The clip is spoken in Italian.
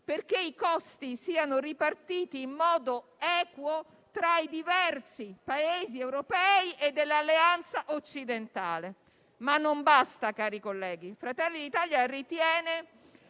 perché i costi siano ripartiti in modo equo tra i diversi Paesi europei e dell'Alleanza occidentale. Ma non basta, cari colleghi: Fratelli d'Italia ritiene